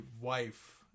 wife